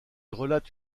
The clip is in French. relate